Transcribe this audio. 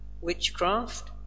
witchcraft